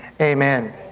Amen